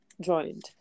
joined